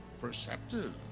Perceptive